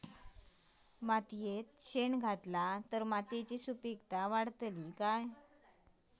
मातयेत शेण घातला तर मातयेची सुपीकता वाढते काय?